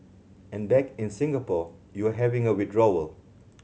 and back in Singapore you're having a withdrawal